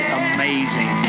amazing